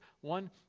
One